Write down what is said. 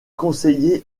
conseillers